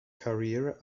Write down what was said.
career